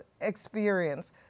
experience